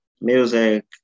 music